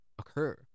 occur